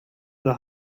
the